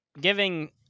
giving